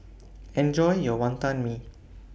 Enjoy your Wantan Mee